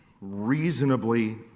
reasonably